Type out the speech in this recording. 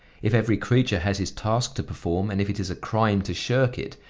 if every creature has his task to perform and if it is a crime to shirk it,